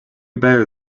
better